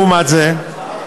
לעומת זה,